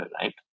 right